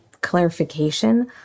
clarification